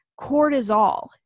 cortisol